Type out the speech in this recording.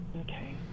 Okay